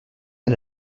and